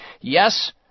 Yes